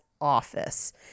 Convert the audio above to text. office